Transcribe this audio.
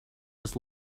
was